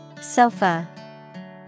Sofa